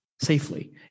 safely